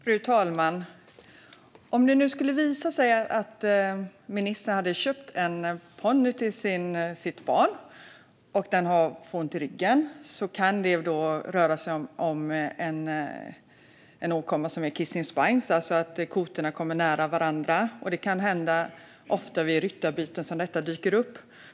Fru talman! Om ministern hade köpt en ponny till sitt barn och det skulle visa sig att den får ont i ryggen kan det röra sig om en åkomma som kallas kissing spines, där kotorna kommer nära varandra. Det är ofta vid ryttarbyten som detta dyker upp.